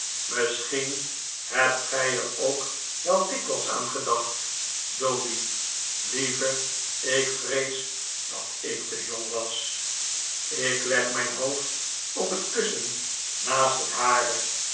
misschien hebt gij er ook wel dikwijls aan gedacht doady lieve ik vrees dat ik te jong was ik leg mijn hoofd op het kussen naast het hare